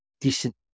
decent